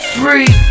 free